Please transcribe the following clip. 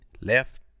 left